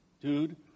dude